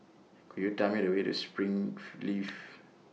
Could YOU Tell Me The Way to Springleaf